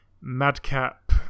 madcap